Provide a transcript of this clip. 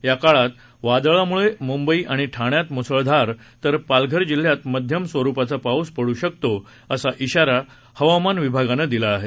या काळात वादळाम्ळे मुंबई आणि ठाण्यात मु्सळधार तर पालघर जिल्ह्यात मध्यम स्वरुपाचा पाऊस पडू शकतो असा इशारा हवामान विभागानं दिला आहे